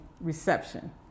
reception